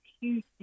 huge